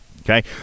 Okay